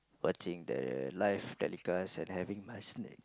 watching the live telecast and having my snack